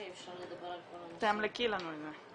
אפשר לדבר על כל הנושא --- תאמלקי לנו את זה.